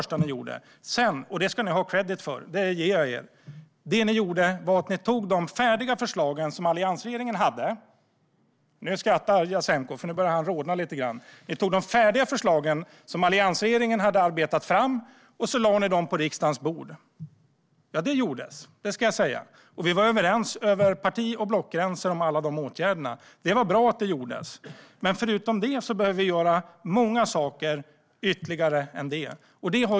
Sedan, och det ger jag er kredit för, tog ni de färdiga förslag som alliansregeringen hade - nu skrattar Jasenko, för nu börjar han att rodna lite grann - arbetat fram, och sedan lade ni dem på riksdagens bord. Vi var överens över parti och blockgränser om alla dessa åtgärder. Det var bra att de vidtogs. Men förutom detta behöver vi göra ytterligare många saker.